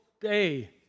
day